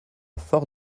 fort